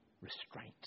restraint